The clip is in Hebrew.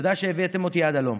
תודה, תודה שהבאתם אותי עד הלום,